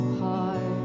hard